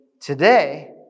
today